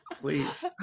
please